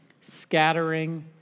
scattering